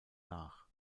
nach